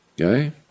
Okay